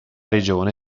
regione